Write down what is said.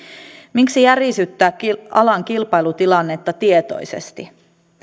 miksi järisyttää alan kilpailutilannetta tietoisesti